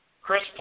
Chris